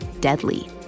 deadly